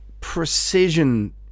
precision